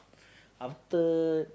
after